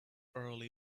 early